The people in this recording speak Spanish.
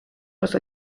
los